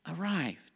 arrived